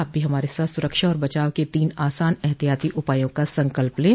आप भी हमारे साथ सुरक्षा और बचाव के तीन आसान एहतियाती उपायों का संकल्प लें